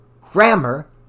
grammar